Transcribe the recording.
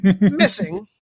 Missing